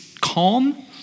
calm